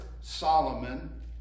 Solomon